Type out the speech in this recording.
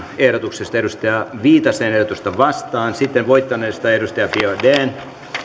ehdotuksesta pia viitasen ehdotusta vastaan sitten voittaneesta eva biaudetin